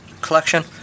collection